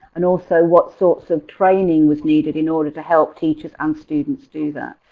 and also what sorts of training was needed in order to help teachers and students do that.